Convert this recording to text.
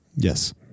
Yes